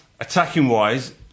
attacking-wise